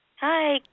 Hi